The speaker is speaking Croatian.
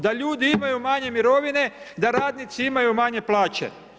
Da ljudi imaju manje mirovine, da radnici imaju manje plaće.